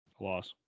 loss